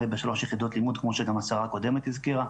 ובשלוש יחידות לימוד כמו שגם השרה הקודמת הזכירה,